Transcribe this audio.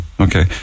okay